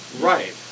right